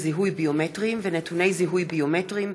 זיהוי ביומטריים ונתוני זיהוי ביומטריים